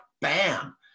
bam